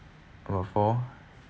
out of four